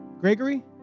Gregory